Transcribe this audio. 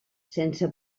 sense